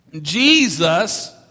Jesus